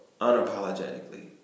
unapologetically